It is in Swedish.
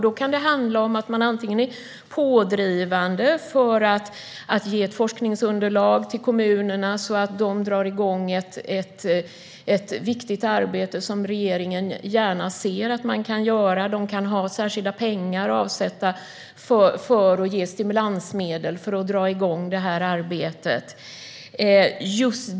Det kan handla om att man antingen är pådrivande för att ge kommunerna forskningsunderlag så att de kan dra i gång ett viktigt arbete som regeringen gärna ser att de gör. Och man kan ha särskilda pengar avsatta för att ge stimulansmedel för att det arbetet ska dra i gång.